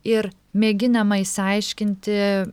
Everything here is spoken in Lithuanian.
ir mėginama išsiaiškinti